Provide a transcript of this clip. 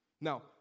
Now